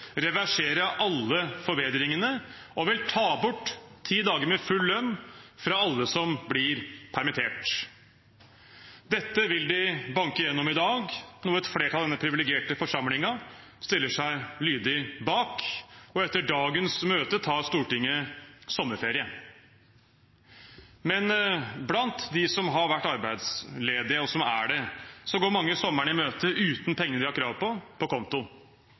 reversere alle forbedringene og vil ta bort ti dager med full lønn fra alle som blir permittert. Dette vil de banke gjennom i dag, noe et flertall i denne privilegerte forsamlingen stiller seg lydig bak. Etter dagens møte tar Stortinget sommerferie. Blant dem som har vært arbeidsledige og dem som er det, går mange sommeren i møte uten pengene de har krav på, på konto.